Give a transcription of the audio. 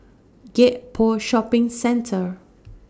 Gek Poh Shopping Centre